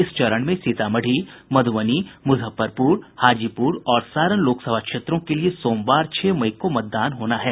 इस चरण में सीतामढ़ी मध्रबनी मुजफ्फरपुर हाजीपुर और सारण लोकसभा क्षेत्रों के लिए सोमवार छह मई को मतदान होना है